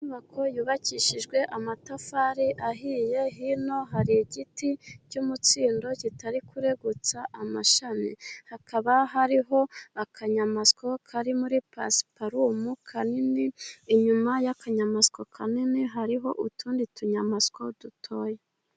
Inyubako yubakishijwe amatafari ahiye, hino hari igiti cy'umutsindo kitari kuregotsa amashami. Hakaba hariho akanyamasyo kari muri pasiparumu kanini. Inyuma y'akanyamasyo kanini hariho utundi tunyamasyo dutoya.